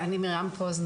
אני מרים פוזנר.